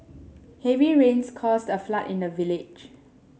heavy rains caused a flood in the village